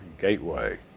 gateway